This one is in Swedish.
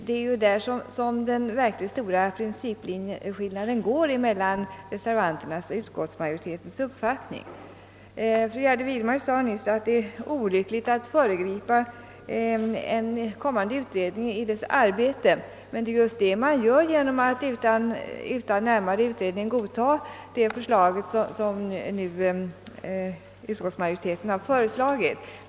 Där ligger den verkligt stora principskillnaden mellan reservanternas och utskottsmajoritetens uppfattning. Fru Gärde Widemar sade nyss att det är olyckligt att föregripa en utredning i dess arbete, men det är just det man gör genom att utan närmare undersökningar godta det förslag som utskottsmajoriteten nu framlagt.